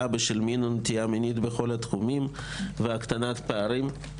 בשל מין או נטייה מינית בכל התחומים והקטנת פערים.